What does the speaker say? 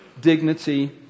dignity